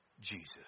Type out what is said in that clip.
Jesus